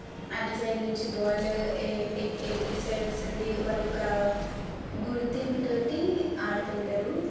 అటు సైడ్ నుంచి బాలు ఎటు సైడ్ వస్తుంది వాళ్ళు ఒక గుర్తింపుతోటి ఆడుతుంటారు